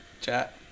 chat